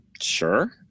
Sure